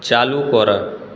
চালু করা